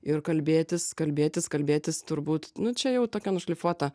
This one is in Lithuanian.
ir kalbėtis kalbėtis kalbėtis turbūt nu čia jau tokia nušlifuota